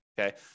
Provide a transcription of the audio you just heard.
okay